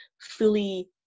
fully